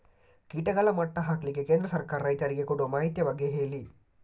ಕೀಟಗಳ ಮಟ್ಟ ಹಾಕ್ಲಿಕ್ಕೆ ಕೇಂದ್ರ ಸರ್ಕಾರ ರೈತರಿಗೆ ಕೊಡುವ ಮಾಹಿತಿಯ ಬಗ್ಗೆ ಹೇಳಿ